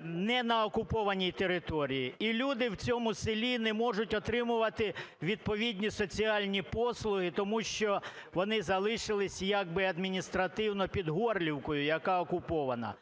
не на окупованій території, і люди в цьому селі не можуть отримувати відповідні соціальні послуги, тому що вони залишилися як би адміністративно під Горлівкою, яка окупована.